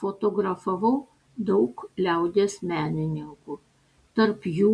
fotografavau daug liaudies menininkų tarp jų